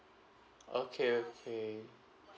okay okay